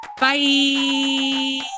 Bye